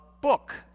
book